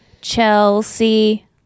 Chelsea